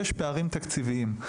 יש פערים תקציביים.